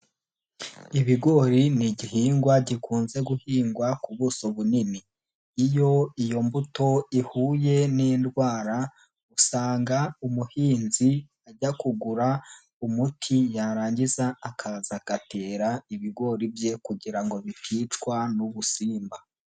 Ibigori ni igihingwa gikunze guhingwa ku buso bunini. Iyo iyo mbuto ihuye n'indwara usanga umuhinzi ajya kugura umuti yarangiza akaza agatera ibigori bye kugira ngo biticwa n'ubusimba.